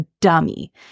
dummy